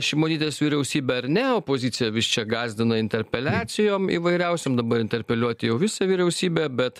šimonytės vyriausybe ar ne opozicija vis čia gąsdina interpeliacijom įvairiausiom dabar interpeliuoti jau visą vyriausybę bet